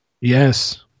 Yes